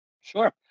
Sure